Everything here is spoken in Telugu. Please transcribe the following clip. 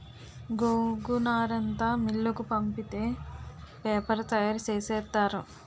గోగునారంతా మిల్లుకు పంపితే పేపరు తయారు సేసేత్తారు